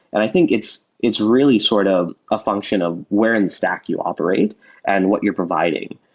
i think it's it's really sort of a function of where in stack you operate and what you're providing,